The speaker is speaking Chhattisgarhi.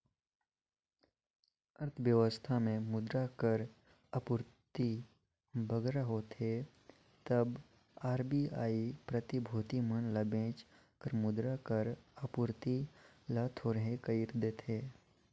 अर्थबेवस्था में मुद्रा कर आपूरति बगरा होथे तब आर.बी.आई प्रतिभूति मन ल बेंच कर मुद्रा कर आपूरति ल थोरहें कइर देथे